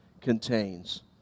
contains